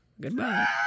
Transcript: Goodbye